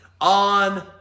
on